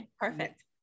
perfect